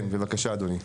כן, בבקשה אדוני.